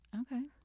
Okay